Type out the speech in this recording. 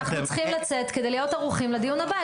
אנחנו צריכים לצאת כדי להיות ערוכים לדיון הבא.